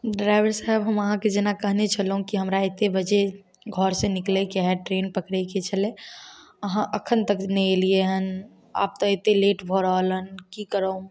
driver साहब हम अहाँके जेना कहने छलहुॅं की हमरा एतेक बजे घर से निकलेके हइ ट्रेन पकड़ेके छलै अहाँ अखन तक नहि एलिए हन आब तऽ एतेक लेट भऽ रहल हन की करब